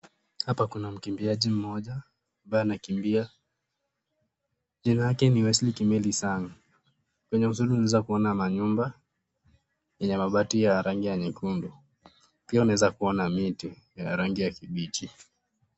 Hapa kuna mkimbiaji mmoja ambaye anakimbia. Jina lake ni Wesley Kimeli Sang. Kwenye uzuri unaweza kuona manyumba yenye mabati ya rangi ya nyekundu. Pia unaweza kuona miti ya rangi ya kibichi.